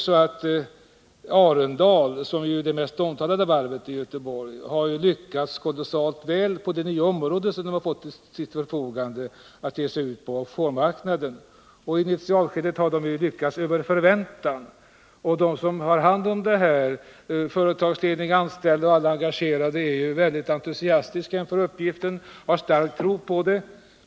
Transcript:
Men Arendal, som ju är det mest omtalade varvet i Göteborg, har ändå lyckats kolossalt väl på sitt nya område, att ge sig ut på offshoremarknaden. I initialskedet har man lyckats över förväntan. De som ansvarar för det här — företagsledning, anställda och alla engagerade — är väldigt entusiastiska inför uppgiften och har stark tro på den.